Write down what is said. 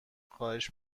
خواهش